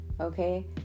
Okay